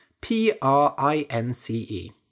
P-R-I-N-C-E